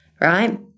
right